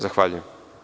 Zahvaljujem.